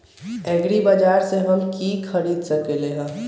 एग्रीबाजार से हम की की खरीद सकलियै ह?